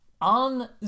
on